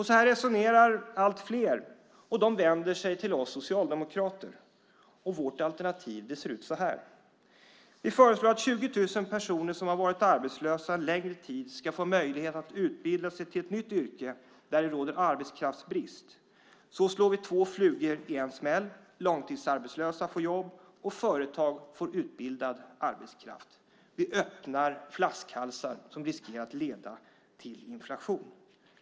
Så här resonerar allt fler, och de vänder sig till oss socialdemokrater. Vårt alternativ ser ut så här: Vi föreslår att 20 000 personer som har varit arbetslösa en längre tid får möjlighet att utbilda sig till ett nytt yrke där det råder arbetskraftsbrist. Så slår vi två flugor i en smäll; långtidsarbetslösa får jobb och företag får utbildad arbetskraft. Vi öppnar flaskhalsar som riskerar att leda till inflation.